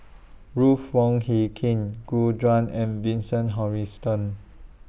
Ruth Wong Hie King Gu Juan and Vincent Hoisington